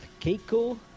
keiko